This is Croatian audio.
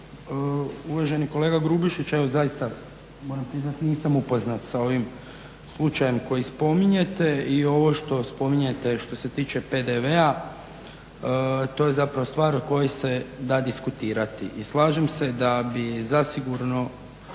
Uvaženi kolega Grubišić, evo zaista moram priznati nisam upoznat sa ovim slučajem koji spominjete i ovo što spominjete što se tiče PDV-a, to je zapravo stvar o kojoj se da diskutirati i slažem se da bi zasigurno